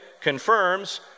confirms